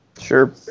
Sure